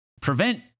prevent